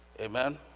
Amen